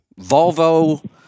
Volvo